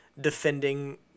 defending